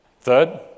Third